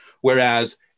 whereas